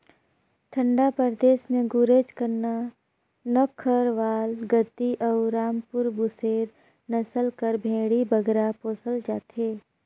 ठंडा परदेस में गुरेज, करना, नक्खरवाल, गद्दी अउ रामपुर बुसेर नसल कर भेंड़ी बगरा पोसल जाथे